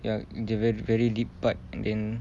ya the very very deep part and then